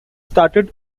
started